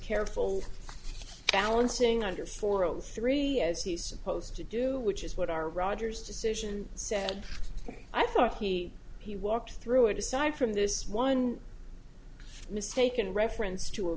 careful balancing under four o three as he's supposed to do which is what our rogers decision said i thought he he walked through it aside from this one mistaken reference to